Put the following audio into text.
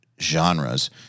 genres